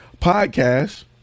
podcast